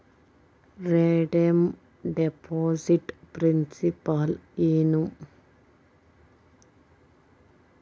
redeem deposit principal ಏನು